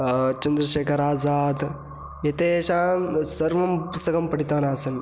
चन्द्रशेखराजाद् एतेषां सर्वं पुस्सकं पठितवान् आसन्